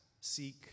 seek